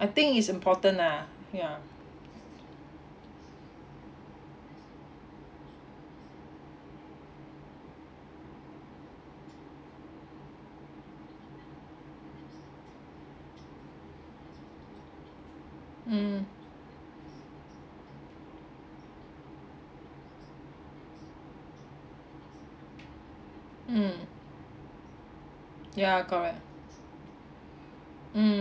I think is important lah ya mm mm ya correct mm